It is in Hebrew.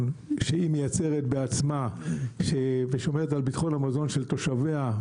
שהיא מייצרת בעצמה ושומרת על ביטחון המזון של תושביה,